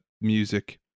music